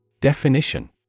Definition